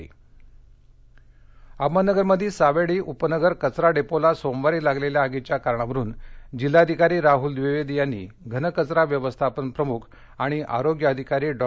आग अहमदनगरमधील सावेडीउपनगर कचरा डेपोला सोमवारी लागलेल्या आगीच्या कारणावरून जिल्हाधिकारी राइल द्विवेदी यासीीघनकचरा व्यवस्थापन प्रमुख आणि आरोग्याधिकारी डॉ